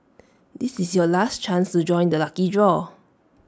this is your last chance to join the lucky draw